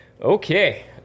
Okay